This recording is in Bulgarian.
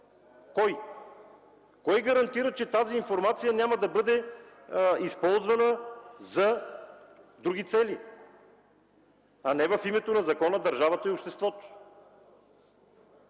Кой? Кой гарантира, че тази информация няма да бъде използвана за други цели, а не в името на закона, държавата и обществото?